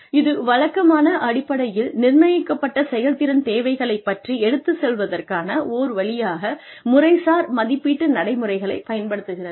இது வழக்கமான அடிப்படையில் நிர்ணயிக்கப்பட்ட செயல்திறன் தேவைகளைப் பற்றி எடுத்துச் சொல்வதற்கான ஓர் வழியாக முறைசார் மதிப்பீட்டு நடைமுறைகளைப் பயன்படுத்துகிறது